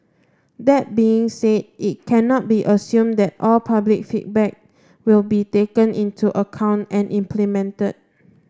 that being said it cannot be assumed that all public feedback will be taken into account and implemented